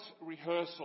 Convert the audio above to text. rehearsal